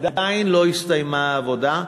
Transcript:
עדיין לא הסתיימה העבודה,